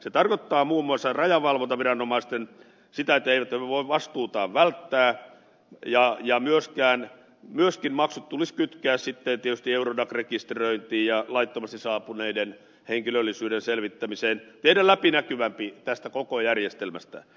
se tarkoittaa muun muassa rajavalvontaviranomaisille sitä että he eivät voi vastuutaan välttää ja myöskin maksut tulisi kytkeä sitten tietysti eurodac rekisteröintiin ja laittomasti saapuneiden henkilöllisyyden selvittämiseen tehdä läpinäkyvämpi tästä koko järjestelmästä